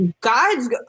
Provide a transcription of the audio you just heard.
God's